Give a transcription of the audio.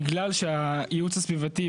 בגלל שהייעוץ הסביבתי,